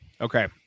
Okay